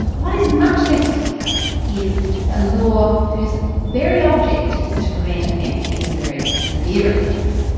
what is much less clear is a law whose very object is to prevent offence, even very severe offence.